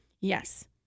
Yes